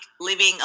living